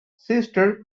sister